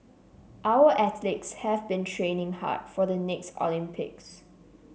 our athletes have been training hard for the next Olympics